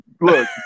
Look